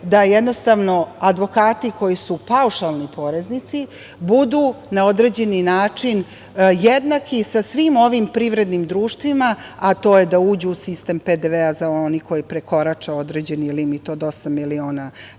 da jednostavno advokati koji su paušalni poreznici budu na određeni način jednaki sa svim ovim privrednim društvima, a to je da uđu u sistem PDV-a za one koji prekorače određeni limit od osam miliona dinara